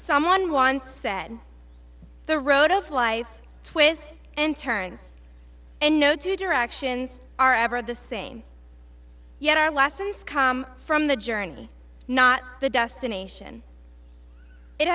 someone once said the road of life twists and turns and no two directions are ever the same yet our lessons come from the journey not the destination it